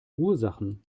ursachen